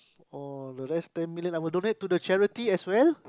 or the rest ten million I will donate to the charity as well